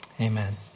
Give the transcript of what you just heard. Amen